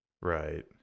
Right